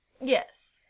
Yes